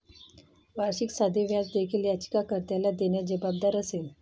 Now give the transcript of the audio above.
वार्षिक साधे व्याज देखील याचिका कर्त्याला देण्यास जबाबदार असेल